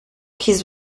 his